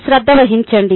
శ్రద్ధ వహించండి